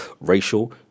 racial